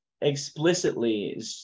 explicitly